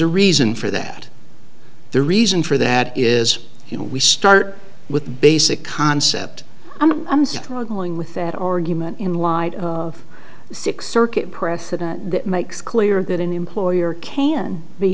a reason for that the reason for that is you know we start with the basic concept i'm struggling with that argument in light of six circuit precedent that makes clear that an employer can be